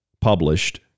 published